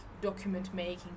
document-making